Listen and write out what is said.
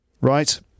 right